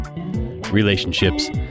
Relationships